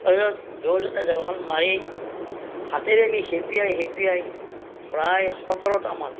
তাৰ পাছত দুয়োজনে জালখন মাৰি হাতেৰে নি খেপিয়াই খেপিয়াই প্ৰায় সোতৰটামান